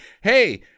Hey